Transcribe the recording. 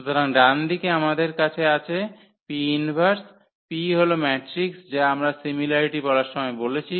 সুতরাং ডানদিকে আমাদের কাছে 𝑃−1 আছে P হল ম্যাট্রিক্স যা আমরা সিমিলারিটি বলার সময় বলেছি